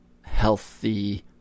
healthy